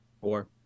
Four